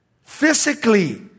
physically